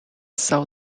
saw